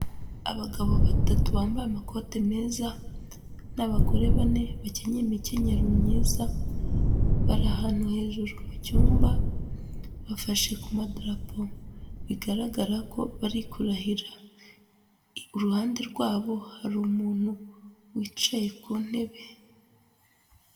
Abagabo batatu bambaye amakote meza n'abagore bane bakenyaye imikenyero myiza, bari ahantu hejuru mu cyumba, bafashe ku madarapo bigaragara ko bari kurahira, iruhande rwabo hari umuntu wicaye ku ntebe.